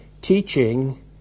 teaching